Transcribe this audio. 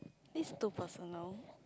this too personal